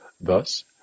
Thus